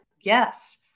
Yes